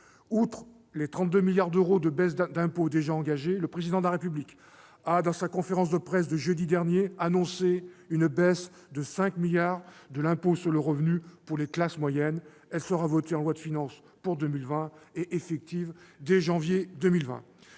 Outre les 32 milliards d'euros de baisses d'impôts déjà engagés, le Président de la République a, lors de sa conférence de presse de jeudi dernier, annoncé une baisse de 5 milliards d'euros de l'impôt sur le revenu pour les classes moyennes. Elle sera votée en loi de finances pour 2020 et effective dès janvier 2020.